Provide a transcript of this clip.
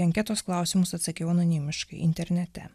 anketos klausimus atsakiau anonimiškai internete